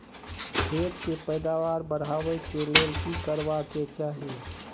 खेत के पैदावार बढाबै के लेल की करबा के चाही?